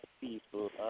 people